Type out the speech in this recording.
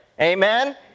Amen